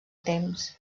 temps